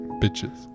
bitches